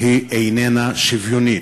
איננה שוויונית.